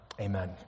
amen